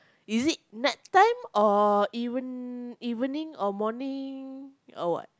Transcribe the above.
is it night time or eve~ evening or morning or what